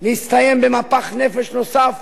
להסתיים במפח נפש נוסף